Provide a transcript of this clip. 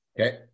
Okay